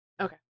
Okay